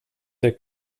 der